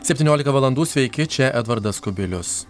septyniolika valandų sveiki čia edvardas kubilius